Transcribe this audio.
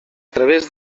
través